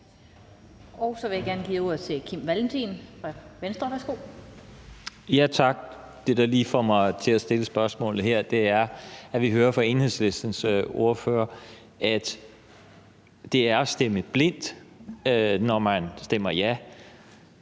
Så vil jeg gerne give ordet til Kim Valentin fra Venstre. Værsgo. Kl. 15:42 Kim Valentin (V): Tak. Det, der lige får mig til at stille spørgsmålet her, er, at vi hører fra Enhedslistens ordfører, at det er at stemme blindt, når man stemmer ja.